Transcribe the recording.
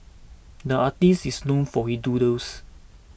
the artist is known for his doodles